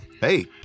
hey